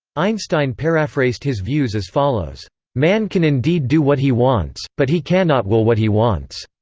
einstein paraphrased his views as follows man can indeed do what he wants, but he cannot will what he wants.